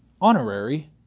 honorary